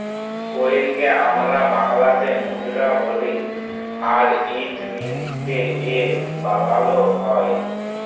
কইলকে আমরা বাংলাতে মুদরা বলি আর ইট মিলটে এ বালালো হয়